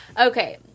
Okay